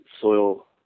soil